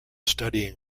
studying